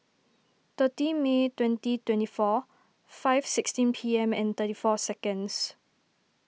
thirty May twenty twenty four five sixteen P M and thirty four seconds